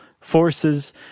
forces